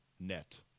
net